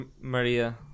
Maria